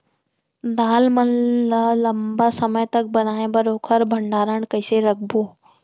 दाल मन ल लम्बा समय तक बनाये बर ओखर भण्डारण कइसे रखबो?